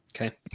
Okay